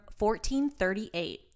1438